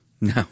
No